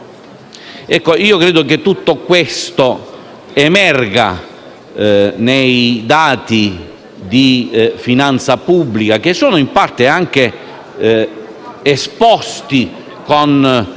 l'estero. Credo che tutto questo emerga nei dati di finanza pubblica, che sono in parte anche esposti con